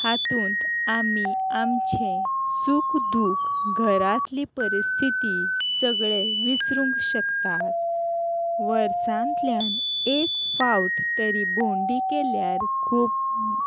हातूंत आमी आमचें सूख दूख घरांतली परिस्थिती सगळें विसरूंक शकतात वर्सांतल्यान एक फावट तरी भोंवडी केल्यार खूब